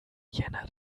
jänner